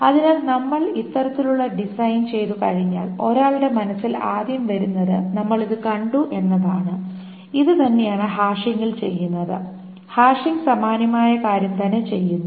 അതിനാൽ നമ്മൾ ഇത്തരത്തിലുള്ള ഡിസൈൻ ചെയ്തുകഴിഞ്ഞാൽ ഒരാളുടെ മനസ്സിൽ ആദ്യം വരുന്നത് നമ്മൾ ഇത് കണ്ടു എന്നതാണ് ഇത് തന്നെയാണ് ഹാഷിംഗിൽ ചെയ്യുന്നത് ഹാഷിംഗ് സമാനമായ കാര്യം തന്നെ ചെയ്യുന്നു